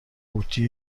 قوطی